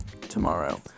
tomorrow